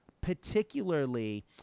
Particularly